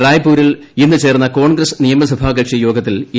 റായ്പൂരിൽ ഇന്ന് ചേർന്ന കോൺഗ്രസ്ക് നിയമസഭാ കക്ഷി യോഗത്തിൽ എ